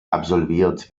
absolviert